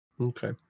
Okay